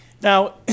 Now